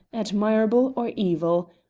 admirable or evil,